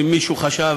אם מישהו חשב